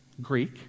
Greek